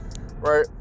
Right